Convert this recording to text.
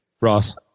Ross